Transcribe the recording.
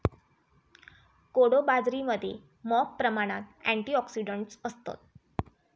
कोडो बाजरीमध्ये मॉप प्रमाणात अँटिऑक्सिडंट्स असतत